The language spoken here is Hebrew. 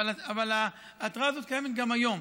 אבל ההתראה הזאת קיימת גם היום.